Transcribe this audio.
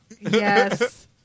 Yes